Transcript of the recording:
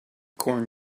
corn